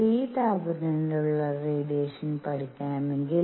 T താപനിലയിലുള്ള radiation പഠിക്കണമെങ്കിൽ